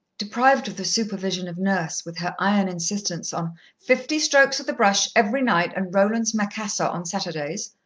deprived of the supervision of nurse, with her iron insistence on fifty strokes of the brush every night, and rowland's macassor on saturdays,